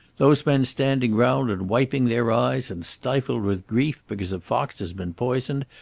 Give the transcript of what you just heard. those men standing round and wiping their eyes, and stifled with grief because a fox had been poisoned,